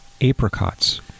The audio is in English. apricots